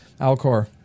Alcor